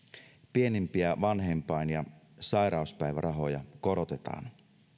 pienimpiä vanhempain ja sairauspäivärahoja korotetaan